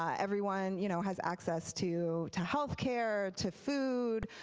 um everyone you know has access to to healthcare, to food,